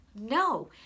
no